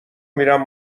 میرم